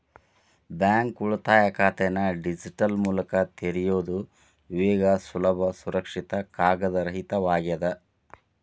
bank ಉಳಿತಾಯ ಖಾತೆನ digital ಮೂಲಕ ತೆರಿಯೋದ್ ವೇಗ ಸುಲಭ ಸುರಕ್ಷಿತ ಕಾಗದರಹಿತವಾಗ್ಯದ